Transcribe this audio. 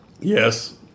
Yes